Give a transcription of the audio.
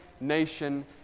nation